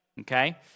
Okay